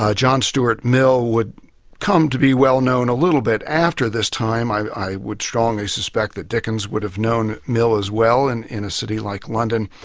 ah john stuart mill would come to be well-known a little bit after this time. i i would strongly suspect that dickens would have known as well and in a city like london.